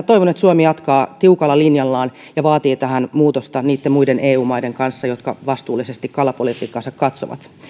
toivon että suomi jatkaa tässä tiukalla linjallaan ja vaatii tähän muutosta niitten muiden eu maiden kanssa jotka vastuullisesti kalapolitiikkaansa katsovat